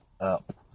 up